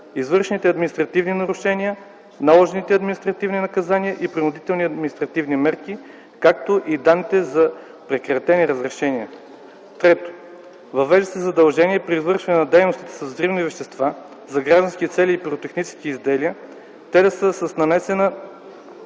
извършените административни нарушения, наложените административни наказания и принудителните административни мерки, както и данните за прекратени разрешения; 3. въвежда се задължение при извършване на дейности с взривни вещества за граждански цели и пиротехнически изделия те да са с нанесена